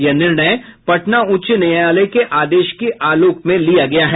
यह निर्णय पटना उच्च न्यायालय के आदेश के आलोक में लिया गया है